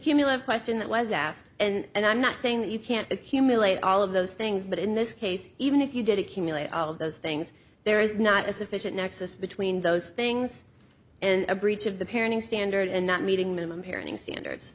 cumulative question that was asked and i'm not saying that you can't accumulate all of those things but in this case even if you did accumulate all of those things there is not a sufficient nexus between those things and a breach of the parenting standard and that meeting minimum parenting standards